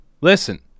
listen